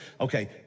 okay